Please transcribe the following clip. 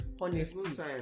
honesty